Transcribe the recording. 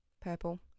Purple